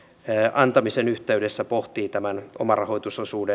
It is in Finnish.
antamisen yhteydessä pohtii tämän omarahoitusosuuden